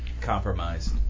compromised